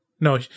No